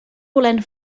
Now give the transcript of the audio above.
volent